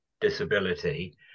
disability